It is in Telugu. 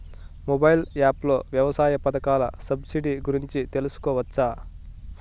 మొబైల్ యాప్ లో వ్యవసాయ పథకాల సబ్సిడి గురించి తెలుసుకోవచ్చా?